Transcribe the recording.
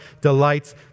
delights